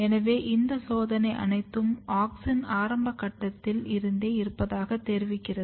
எனவே இந்த சோதனை அனைத்தும் ஆக்ஸின் ஆரம்ப கட்டத்தில் இருந்தே இருப்பதாக தெரிவிக்கிறது